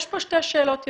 יש פה שתי שאלות יסוד.